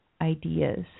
ideas